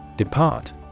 Depart